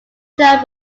shown